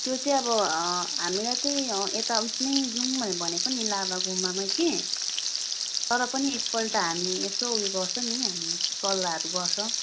त्यो चाहिँ अब हामीलाई चाहिँ यता ऊ यसमै जाऔँ भनेको नि लाभा गुम्बामै कि तर पनि एकपल्ट हामी यसो हामी यसो ऊ यो गर्छ नि हामी सल्लाहहरू गर्छ